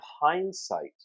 hindsight